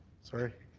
sorry.